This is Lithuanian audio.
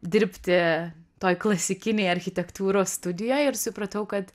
dirbti toj klasikinėj architektūros studijoj ir supratau kad